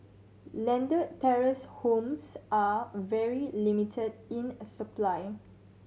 landed terrace homes are very limited in a supply